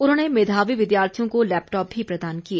उन्होंने मेधावी विद्यार्थियों को लैपटॉप भी प्रदान किए